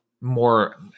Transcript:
more